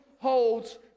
holds